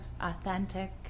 authentic